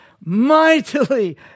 mightily